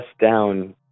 down